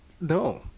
no